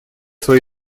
свои